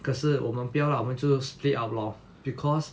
可是我们不要 lah 我们就 split up lor because